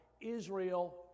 Israel